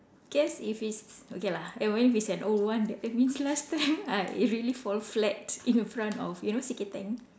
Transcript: guess if it's okay lah if it's an old one that that means last time I really fall flat in front of you know C K Tang